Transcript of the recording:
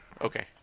Okay